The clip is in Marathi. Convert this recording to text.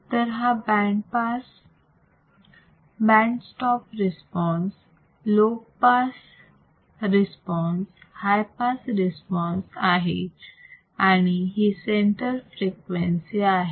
तर हा band pass band stop response low pass response high pass response आहे आणि ही सेंटर फ्रिक्वेन्सी आहे